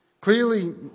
Clearly